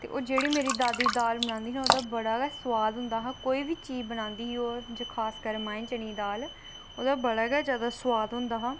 ते ओह् जेहड़ी मेरी दादी दाल बनांदी ही बड़ा गै सुआद होंदा हा कोई बी चीज़ बनांदी ही खास कर मांह् चने दी दाल ओहदा बड़ा गै ज्यादा सुआद होंदा हा